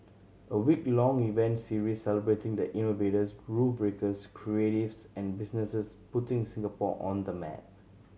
a week long event series celebrating the innovators rule breakers creatives and businesses putting Singapore on the map